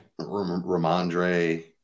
Ramondre